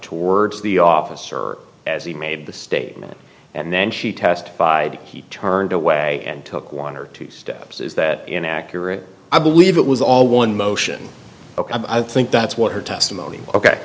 towards the officer as he made the statement and then she testified he turned away and took one or two steps is that an accurate i believe it was all one motion ok i think that's what her testimony ok